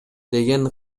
деген